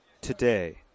today